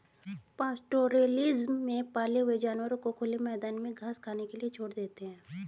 pastoralism में पाले हुए जानवरों को खुले मैदान में घास खाने के लिए छोड़ देते है